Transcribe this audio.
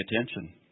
attention